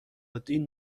الدین